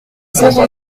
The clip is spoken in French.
zéro